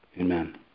Amen